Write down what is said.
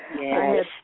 Yes